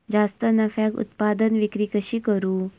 जास्त नफ्याक उत्पादन विक्री कशी करू?